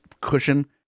cushion